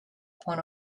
point